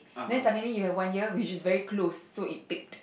then suddenly you have one year which is very close so it picked